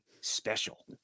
special